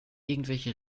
irgendwelche